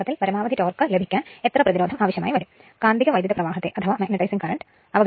കാന്തിക വൈദ്യുതപ്രവാഹത്തെ അവഗണിക്കുക